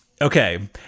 Okay